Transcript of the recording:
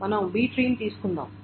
మనం B tree ని తీసుకుందాం